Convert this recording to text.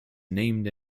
named